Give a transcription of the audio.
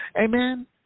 Amen